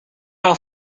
are